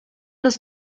los